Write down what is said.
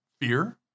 fear